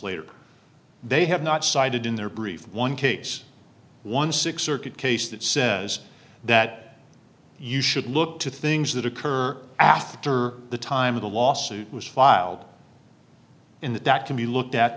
later they have not cited in their brief one case one six circuit case that says that you should look to things that occur after the time of the lawsuit was filed in the dock to be looked at